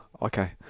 Okay